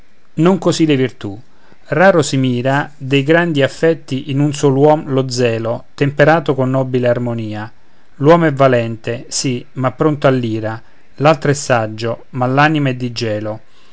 non così le virtù raro si mira dei grandi affetti in un sol uom lo zelo temperato con nobile armonia l'uno è valente sì ma pronto all'ira l'altro è saggio ma l'anima è di gelo